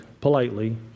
politely